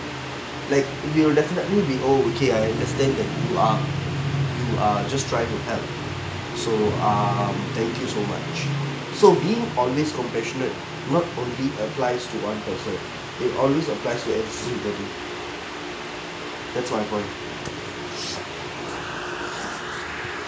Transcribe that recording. like will definitely be oh okay I understand that you are you are just trying to help so um thank you so much so being always compassionate not only applies to one person it always applies to everybody that's my point